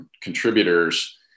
contributors